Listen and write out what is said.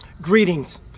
Greetings